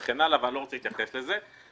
אבל אני לא רוצה להתייחס לזה.